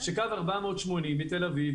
קו 480 מתל אביב,